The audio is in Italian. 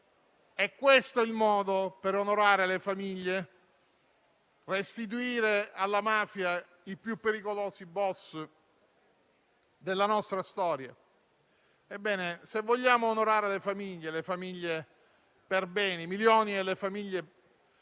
È questo il modo per onorare le famiglie? Restituire alla mafia i più pericolosi boss della nostra storia? Ebbene, se vogliamo onorare le famiglie, le milioni di famiglie